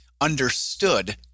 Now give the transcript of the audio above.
understood